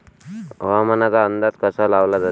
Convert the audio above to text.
हवामानाचा अंदाज कसा लावला जाते?